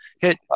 hit